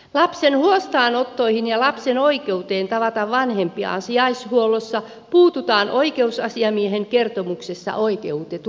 lapsen huostaanottoihin ja lapsen oikeuteen tavata vanhempiaan sijaishuollossa puututaan oikeusasiamiehen kertomuksessa oikeutetusti